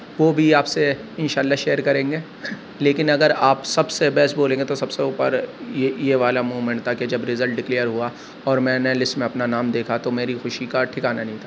وہ بھی آپ سے انشاء اللہ شیئر کریں گے لیکن اگر آپ سب سے بیسٹ بولیں گے تو سب سے اوپر یہ یہ والا موومنٹ موومنٹ تھا کہ جب ریزلٹ ڈکلیئر ہوا اور میں نے لسٹ میں اپنا نام دیکھا تو میری خوشی کا ٹھکانا نہیں تھا